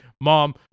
mom